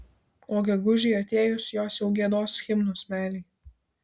o gegužei atėjus jos jau giedos himnus meilei